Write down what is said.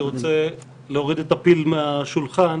אני רוצה להוריד את הפיל מהשולחן.